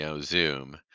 Zoom